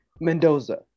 mendoza